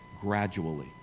gradually